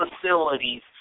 facilities